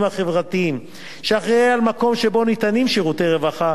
החברתיים שאחראי למקום שבו ניתנים שירותי רווחה,